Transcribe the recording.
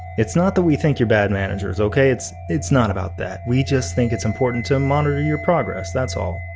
it's not that we think you're bad managers, okay, it's it's not about that! we just think it's important to um monitor your progress, that's all.